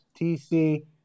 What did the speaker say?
TC